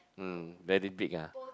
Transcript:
mm very big ah